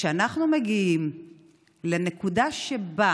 וכשאנחנו מגיעים לנקודה שבה